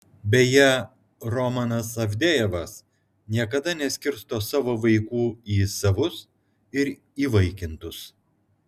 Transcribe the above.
beje romanas avdejevas niekada neskirsto savo vaikų į savus ir įvaikintus